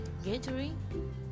Gathering